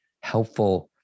helpful